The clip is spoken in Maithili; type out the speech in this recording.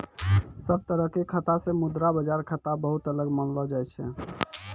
सब तरह के खाता से मुद्रा बाजार खाता बहुते अलग मानलो जाय छै